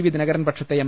V Dinakaran പക്ഷത്തെ M